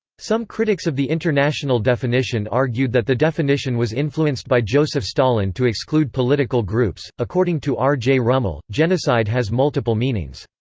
some critics of the international definition argued that the definition was influenced by joseph stalin to exclude political groups according to r. j. rummel, genocide has multiple meanings.